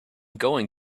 going